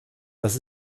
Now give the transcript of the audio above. das